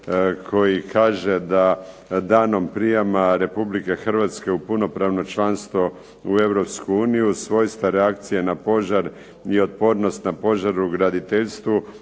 koji kaže da danom prijama Republike Hrvatske u punopravno članstvo u Europsku uniju svojstva reakcije na požar i otpornost na požar u graditeljstvu